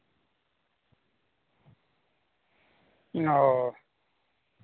ᱚ